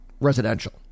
residential